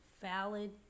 valid